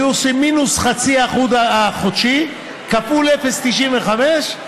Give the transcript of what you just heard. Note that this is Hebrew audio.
היו עושים מינוס 0.5% חודשי כפול 0.95,